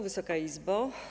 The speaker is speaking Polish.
Wysoka Izbo!